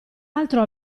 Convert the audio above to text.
altro